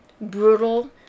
brutal